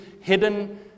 hidden